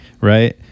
Right